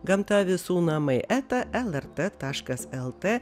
gamta visų namai eta lrt taškas lt